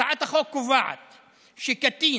הצעת החוק קובעת שקטין,